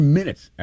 minutes